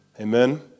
Amen